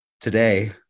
today